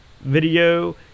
video